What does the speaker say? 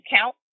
count